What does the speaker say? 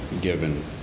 given